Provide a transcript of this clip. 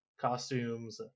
costumes